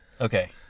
Okay